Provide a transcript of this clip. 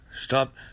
stop